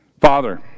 Father